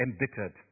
embittered